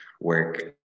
work